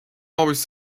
always